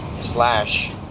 slash